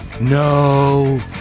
no